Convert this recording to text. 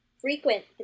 frequent